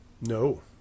No